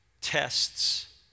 tests